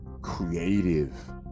creative